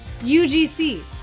UGC